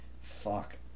Fuck